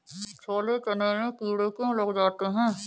छोले चने में कीड़े क्यो लग जाते हैं?